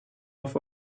off